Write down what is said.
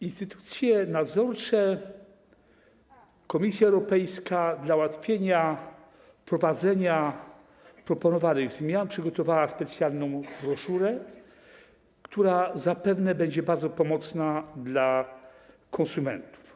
Instytucje nadzorcze Komisji Europejskiej, aby ułatwić wprowadzenie proponowanych zmian, przygotowały specjalną broszurę, która zapewne będzie bardzo pomocna dla konsumentów.